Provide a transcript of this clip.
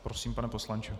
Prosím, pane poslanče.